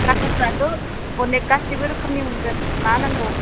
अनेख गासैबो रोखोमनि मोनगोन मा नांगौ